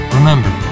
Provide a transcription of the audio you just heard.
Remember